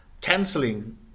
canceling